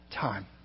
time